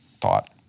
thought